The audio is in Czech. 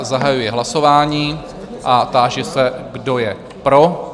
Zahajuji hlasování a táži se, kdo je pro?